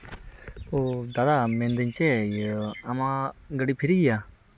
ᱚᱸᱻ ᱫᱟᱫᱟ ᱢᱮᱱᱫᱟᱹᱧ ᱪᱮᱫ ᱤᱭᱟᱹ ᱟᱢᱟᱜ ᱜᱟᱹᱰᱤ ᱯᱷᱤᱨᱤ ᱜᱮᱭᱟ